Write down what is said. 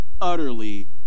utterly